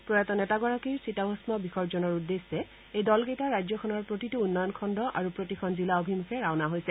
প্ৰয়াত নেতাগৰাকীৰ চিতাভন্ন বিসৰ্জনৰ উদ্দেশ্যে এই দলকেইটা ৰাজ্যখনৰ প্ৰতিটো উন্নয়নখণ্ড আৰু প্ৰতিখন জিলা অভিমুখে ৰাওনা হৈছে